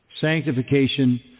sanctification